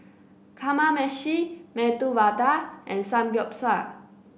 Kamameshi Medu Vada and Samgyeopsal